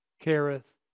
careth